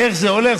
איך זה הולך,